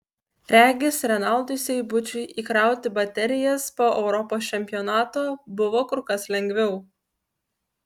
regis renaldui seibučiui įkrauti baterijas po europos čempionato buvo kur kas lengviau